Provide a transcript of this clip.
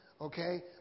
okay